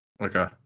Okay